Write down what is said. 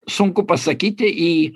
sunku pasakyti į